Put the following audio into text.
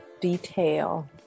detail